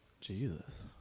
Jesus